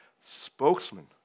spokesman